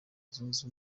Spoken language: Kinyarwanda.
zunze